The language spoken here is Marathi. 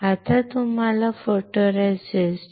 आत्ता तुम्हाला फोटोरेसिस्ट photoresist